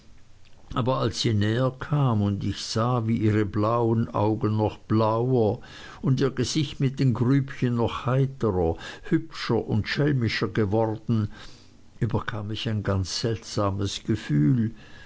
aber als sie näher kam und ich sah wie ihre blauen augen noch blauer und ihr gesicht mit den grübchen noch heiterer hübscher und schelmischer geworden überkam mich ein ganz seltsames gefühl